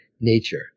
nature